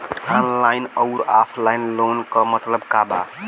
Online अउर offline loan क मतलब का बा?